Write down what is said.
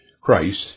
Christ